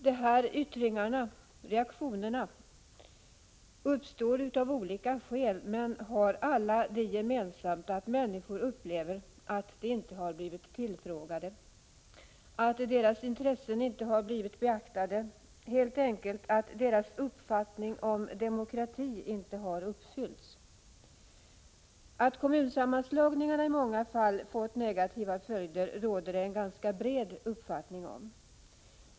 De här reaktionerna uppstår av olika skäl, men de har alla det gemensamt att människor upplever att de inte har blivit tillfrågade, att deras intressen inte har blivit beaktade — helt enkelt att man inte tagit hänsyn till deras uppfattning om demokrati. Att kommunsammanslagningarna i många fall fått negativa följder råder det en ganska bred enighet om.